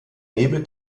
nebel